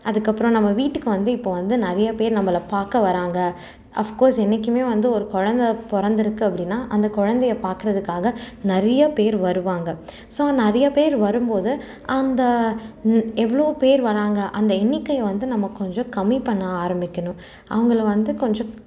அதுக்கப்றம் நம்ம வீட்டுக்கு வந்து இப்போது வந்து நிறைய பேர் நம்மள பார்க்க வர்றாங்க அஃப்கோர்ஸ் என்றைக்குமே வந்து ஒரு கொழந்தை பிறந்துருக்கு அப்படின்னா அந்த குழந்தைய பாக்கிறதுக்காக நிறைய பேர் வருவாங்க ஸோ நிறைய பேர் வரும்போது அந்த ம் எவ்வளோ பேர் வர்றாங்க அந்த எண்ணிக்கை வந்து நம்ம கொஞ்சம் கம்மி பண்ண ஆரம்பிக்கணும் அவங்கள வந்து கொஞ்சம்